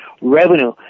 revenue